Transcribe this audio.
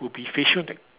would be facial tech~